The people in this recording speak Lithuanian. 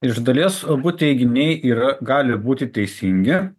iš dalies abu teiginiai yra gali būti teisingi